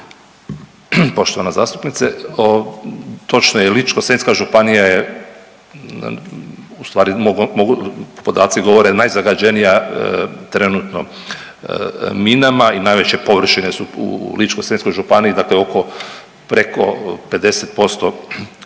Poštovana zastupnice, točno je, Ličko-senjska županija je ustvari mogu, podaci govore, najzagađenija trenutno minama i najveće površine su u Ličko-senjskoj županiji, dakle oko preko 50% ukupne